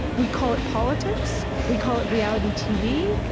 we call it politics. we call it reality tv.